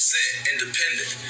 independent